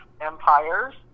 empires